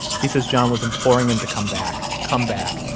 he says john was imploring him to come back, come back,